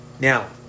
Now